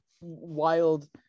wild